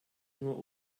nur